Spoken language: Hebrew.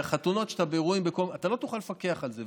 בחתונות ובאירועים אתה לא תוכל לפקח על זה.